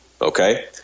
Okay